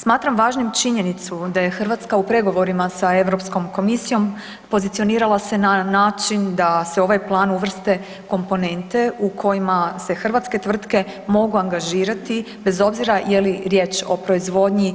Smatram važnim činjenicu da je Hrvatska u pregovorima za Europskom komisijom pozicionirala se na način da se u ovaj plan uvrste komponente u kojima se hrvatske tvrtke mogu angažirati, bez obzira je li riječ o proizvodnji